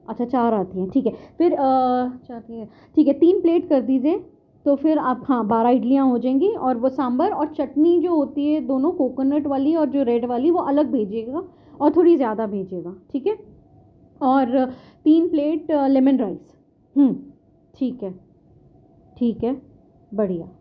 اچھا چار آتی ہیں ٹھیک ہے پھر چار تیے ٹھیک ہے تین پلیٹ کر دیجیے تو پھر آپ ہاں بارہ اڈلیاں ہو جائیں گی اور وہ سانبھر اور چٹنی جو ہوتی ہے دونوں کوکونٹ والی اور جو ریڈ والی وہ الگ بھیجیے گا اور تھوڑی زیادہ بھیجیے گا ٹھیک ہے اور تین پلیٹ لیمن رائس ہوں ٹھیک ہے ٹھیک ہے بڑھیا